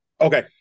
Okay